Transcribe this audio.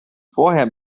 vorher